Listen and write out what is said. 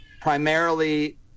primarily